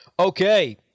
Okay